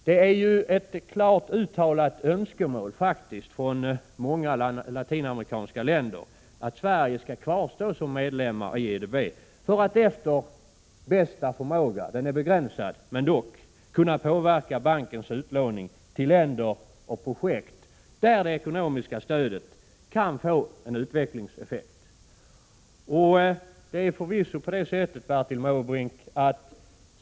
Det är faktiskt ett klart uttalat önskemål från flera latinamerikanska länder att Sverige skall kvarstå som medlem i IDB för att efter bästa förmåga — den är begränsad, men dock — kunna påverka bankens utlåning till länder och projekt där det ekonomiska stödet kan förväntas få den bästa utvecklingseffekten.